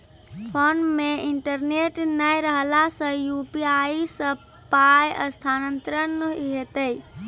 Phone मे internet नै रहला सॅ, यु.पी.आई सॅ पाय स्थानांतरण हेतै?